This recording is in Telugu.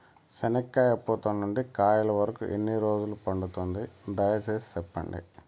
చెనక్కాయ పూత నుండి కాయల వరకు ఎన్ని రోజులు పడుతుంది? దయ సేసి చెప్పండి?